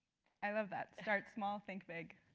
i love that, start small, think big.